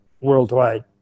worldwide